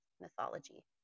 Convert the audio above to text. mythology